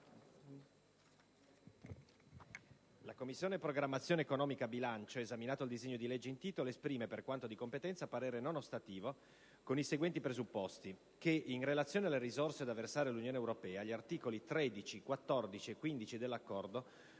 «La Commissione programmazione economica, bilancio, esaminato il disegno di legge in titolo esprime, per quanto di competenza, parere non ostativo, con i seguenti presupposti: - che, in relazione alle risorse da versare all'Unione europea, gli articoli 13, 14 e 15 dell'Accordo